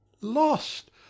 lost